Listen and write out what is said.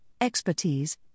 expertise